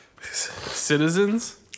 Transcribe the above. Citizens